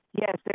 Yes